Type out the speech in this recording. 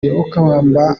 lwakabamba